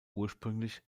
ursprünglich